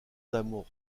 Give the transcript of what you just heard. d’amour